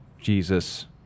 Jesus